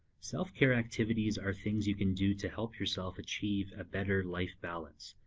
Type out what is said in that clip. self-care activities are things you can do to help yourself achieve a better life balance.